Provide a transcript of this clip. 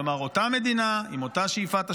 כלומר, אותה מדינה, עם אותה שאיפת השמדה,